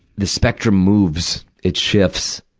the spectrum moves. it shifts.